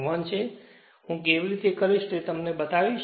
1 છે હું કેવી રીતે કરીશ તે તમને બાતાવીશ